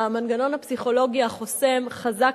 המנגנון הפסיכולוגי החוסם חזק,